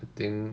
I think